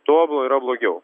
tuo blo yra blogiau